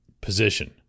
position